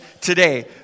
today